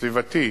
סביבתית,